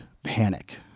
Panic